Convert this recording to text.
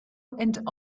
and